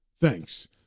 thanks